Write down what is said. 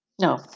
No